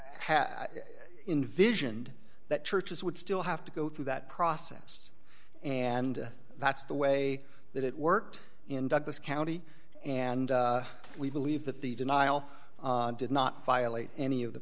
had invision and that churches would still have to go through that process and that's the way that it worked in douglas county and we believe that the denial did not violate any of the